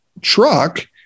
truck